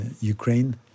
Ukraine